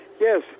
Yes